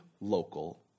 local